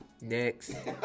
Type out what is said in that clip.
Next